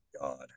God